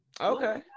Okay